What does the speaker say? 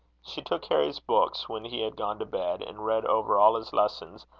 she took harry's books when he had gone to bed and read over all his lessons,